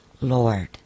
Lord